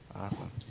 Awesome